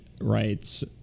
writes